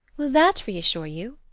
will that reassure you?